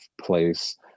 place